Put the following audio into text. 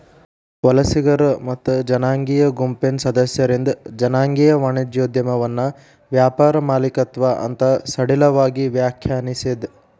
ವಲಸಿಗರ ಮತ್ತ ಜನಾಂಗೇಯ ಗುಂಪಿನ್ ಸದಸ್ಯರಿಂದ್ ಜನಾಂಗೇಯ ವಾಣಿಜ್ಯೋದ್ಯಮವನ್ನ ವ್ಯಾಪಾರ ಮಾಲೇಕತ್ವ ಅಂತ್ ಸಡಿಲವಾಗಿ ವ್ಯಾಖ್ಯಾನಿಸೇದ್